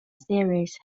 series